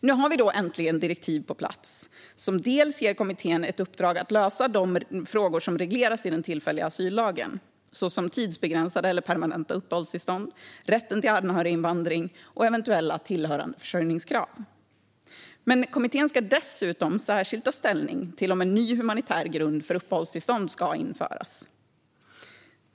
Nu har vi äntligen direktiv på plats som ger kommittén ett uppdrag att lösa de frågor som regleras i den tillfälliga asyllagen, såsom tidsbegränsade eller permanenta uppehållstillstånd, rätten till anhöriginvandring och eventuella tillhörande försörjningskrav. Kommittén ska dessutom särskilt ta ställning till om en ny humanitär grund för uppehållstillstånd ska införas.